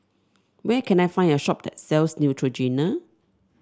where can I find a shop that sells Neutrogena